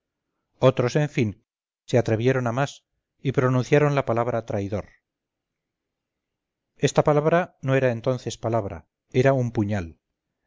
otros en fin se atrevieron a más y pronunciaron la palabra traidor esta palabra no era entonces palabra era un puñal